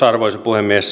arvoisa puhemies